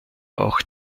auch